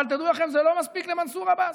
אבל תדעו לכם, זה לא מספיק למנסור עבאס.